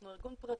אנחנו ארגון פרטי,